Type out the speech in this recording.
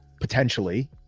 potentially